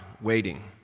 waiting